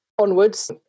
onwards